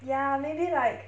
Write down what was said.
ya maybe like